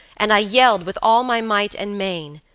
and i yelled with all my might and main.